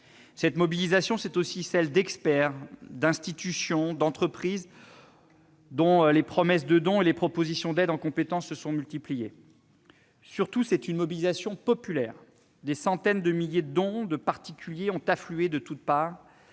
Cette mobilisation, c'est aussi celle d'experts, d'institutions et d'entreprises dont les promesses de dons et les propositions d'aide en compétences se sont multipliées. Surtout, c'est une mobilisation populaire. Des centaines de milliers de dons de particuliers ont afflué de toutes parts,